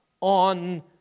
on